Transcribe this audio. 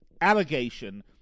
allegation